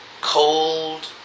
cold